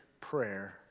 prayer